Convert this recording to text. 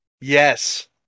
Yes